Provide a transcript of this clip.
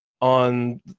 on